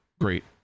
great